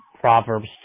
Proverbs